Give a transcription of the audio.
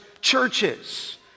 churches